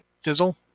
Fizzle